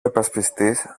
υπασπιστής